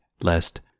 lest